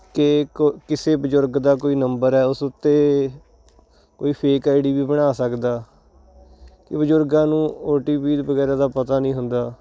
ਕਿ ਕੋ ਕਿਸੇ ਬਜ਼ੁਰਗ ਦਾ ਕੋਈ ਨੰਬਰ ਹੈ ਉਸ ਉੱਤੇ ਕੋਈ ਫੇਕ ਆਈਡੀ ਵੀ ਬਣਾ ਸਕਦਾ ਅਤੇ ਬਜ਼ੁਰਗਾਂ ਨੂੰ ਓਟੀਪੀ ਵਗੈਰਾ ਦਾ ਪਤਾ ਨਹੀਂ ਹੁੰਦਾ